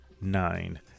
nine